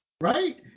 right